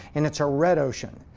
and it's a red ocean.